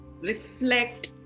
reflect